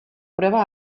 prueba